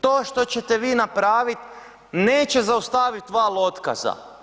To što ćete vi napravit neće zaustavit val otkaza.